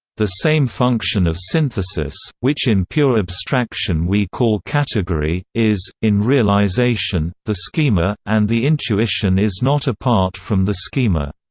the same function of synthesis, which in pure abstraction we call category, is, in realization, the schema, and the intuition is not apart from the schema.